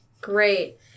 Great